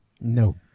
No